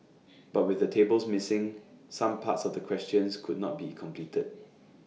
but with the tables missing some parts of the questions could not be completed